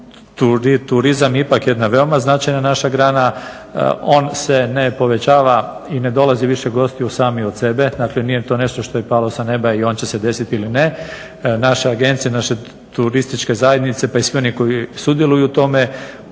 Turizam je ipak jedna veoma značajna naša grana. On se ne povećava i ne dolazi više gostiju sami od sebe, dakle nije to nešto što je palo sa neba i on će se desiti ili ne. Naše agencije, naše turističke zajednice pa i svi oni koji sudjeluju u tome